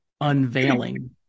unveiling